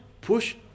push